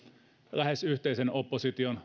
lähes yhtenäisen opposition